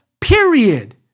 period